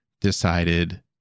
decided